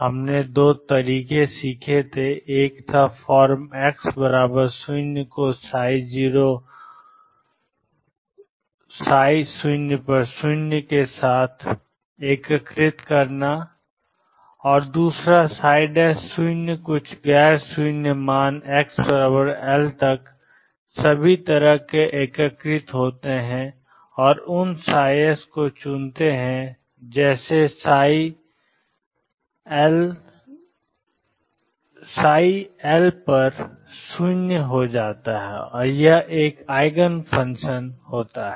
हमने दो तरीके सीखे थे एक था फॉर्म एक्स 0 को 00 के साथ एकीकृत करना शुरू करना और कुछ गैर शून्य मान x एल तक सभी तरह से एकीकृत होते हैं और उन 's को चुनते हैं जैसे L0 और यह एक ईजेनफंक्शन है